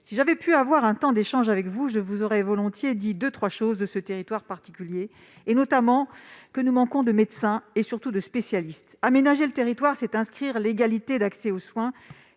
Si j'avais pu avoir un temps d'échanges avec vous, je vous aurais volontiers dit deux ou trois choses de ce territoire particulier, notamment que nous manquons de médecins, surtout de spécialistes. Aménager le territoire, c'est garantir l'égalité d'accès aux soins,